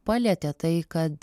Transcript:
palietė tai kad